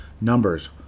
Numbers